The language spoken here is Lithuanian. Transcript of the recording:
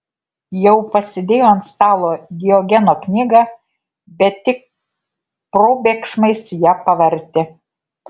jau pasidėjo ant stalo diogeno knygą bet tik probėgšmais ją pavartė